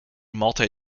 multi